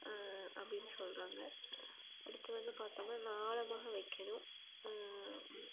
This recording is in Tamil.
அப்படின்னு சொல்கிறாங்க அடுத்து வந்து பார்த்தோம்னா இன்னும் ஆழமாக வைக்கணும்